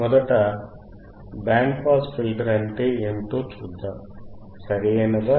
మొదట band pass filter ఏమిటో చూద్దాం సరియైనదా